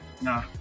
nah